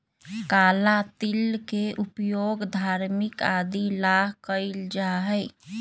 काला तिल के उपयोग धार्मिक आदि ला कइल जाहई